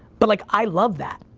but like, i love that,